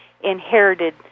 inherited